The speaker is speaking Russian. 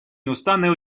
неустанные